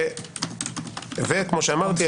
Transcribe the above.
כפי שאמרתי,